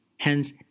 Hence